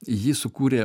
jį sukūrė